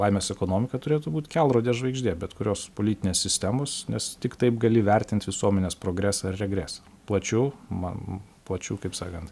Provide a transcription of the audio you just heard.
laimės ekonomika turėtų būt kelrodė žvaigždė bet kurios politinės sistemos nes tik taip gali vertint visuomenės progresą ar regresą plačiau man plačiau kaip sakant